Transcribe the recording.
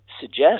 suggest